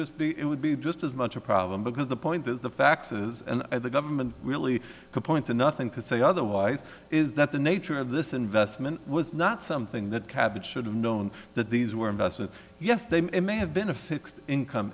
just be it would be just as much a problem because the point is the faxes and the government really could point to nothing to say otherwise is that the nature of this investment was not something that cabot should have known that these were investors yes they may have been a fixed income